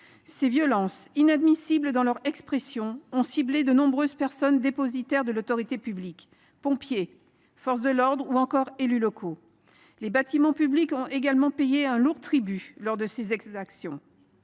Ces violences, inadmissibles dans leur expression, ont ciblé de nombreuses personnes dépositaires de l’autorité publique : pompiers, membres des forces de l’ordre ou encore élus locaux. Les bâtiments publics ont également payé un lourd tribut lors de ces exactions,